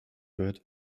wird